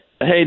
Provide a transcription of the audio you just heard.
Hey